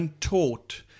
taught